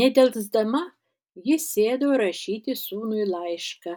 nedelsdama ji sėdo rašyti sūnui laišką